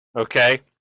okay